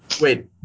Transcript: Wait